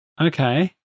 Okay